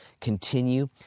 continue